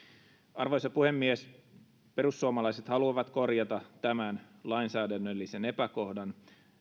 arvoisa puhemies perussuomalaiset haluavat korjata tämän lainsäädännöllisen epäkohdan